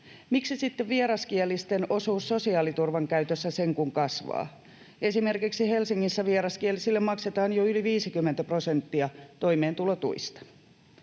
Miksi sitten vieraskielisten osuus sosiaaliturvan käytössä sen kuin kasvaa? Esimerkiksi Helsingissä vieraskielisille maksetaan jo yli 50 prosenttia toimeentulotuista.